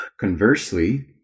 Conversely